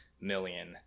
million